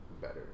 better